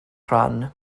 rhan